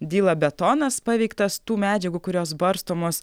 dyla betonas paveiktas tų medžiagų kurios barstomos